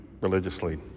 religiously